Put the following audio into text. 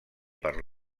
per